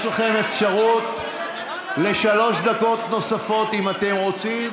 יש לכם אפשרות לשלוש דקות נוספות אם אתם רוצים.